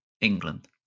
England